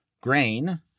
grain